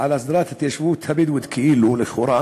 על הסדרת ההתיישבות הבדואית, כאילו, לכאורה